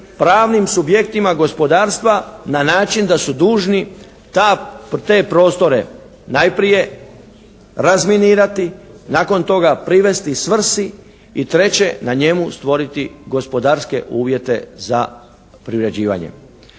pravnim subjektima gospodarstva na način da su dužni te prostore najprije razminirati, nakon toga privesti svrsi i treće, na njemu stvoriti gospodarske uvjete za privređivanje.